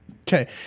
okay